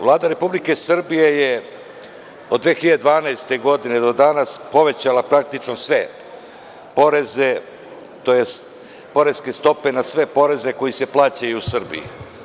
Vlada Republike Srbije je od 2012. godine do danas povećala, praktično sve poreze tj. poreske stope na sve poreze koji se plaćaju u Srbiji.